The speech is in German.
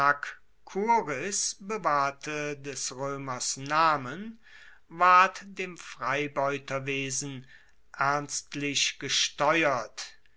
bewahrte des roemers namen ward dem freibeuterwesen ernstlich gesteuert